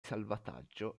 salvataggio